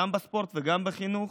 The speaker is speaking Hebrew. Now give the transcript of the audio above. גם בספורט וגם בחינוך.